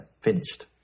finished